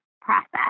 process